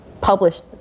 published